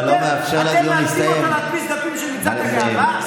אתם מאלצים אותו להדפיס דפים של מצעד הגאווה?